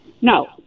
no